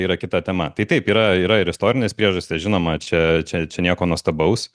yra kita tema tai taip yra yra ir istorinės priežastys žinoma čia čia čia nieko nuostabaus